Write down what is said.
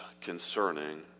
concerning